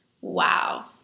Wow